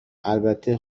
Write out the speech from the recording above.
البته